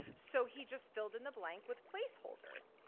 so he just filled in the blank with placeholders.